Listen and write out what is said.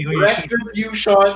Retribution